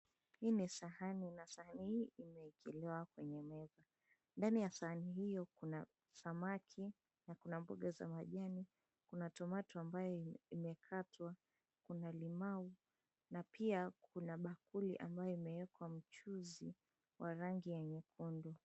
Hii ni sahani na sahani hii imeekelewa kwenye meza. Ndani ya sahani hio kuna samaki na kuna mboga za majani, kuna tomato ambayo imekatwa, kuna limau na pia kuna bakuli ambayo imeekwa mchuzi wa rangi ya nyekundu.